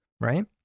right